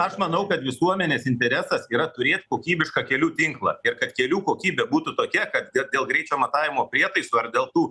aš manau kad visuomenės interesas yra turėt kokybišką kelių tinklą ir kad kelių kokybė būtų tokia kad de dėl greičio matavimo prietaisų ar dėl tų